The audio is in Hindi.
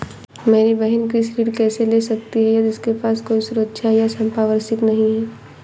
मेरी बहिन कृषि ऋण कैसे ले सकती है यदि उसके पास कोई सुरक्षा या संपार्श्विक नहीं है?